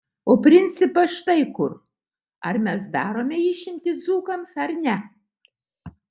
o principas štai kur ar mes darome išimtį dzūkams ar ne